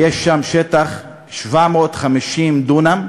ויש שם שטח של 750 דונם,